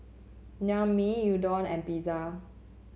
Naengmyeon Udon and Pizza